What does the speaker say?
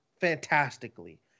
fantastically